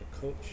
coach